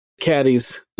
caddies